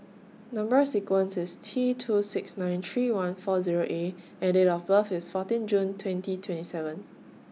Number sequence IS T two six nine three one four Zero A and Date of birth IS fourteen June twenty twenty seven